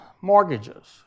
mortgages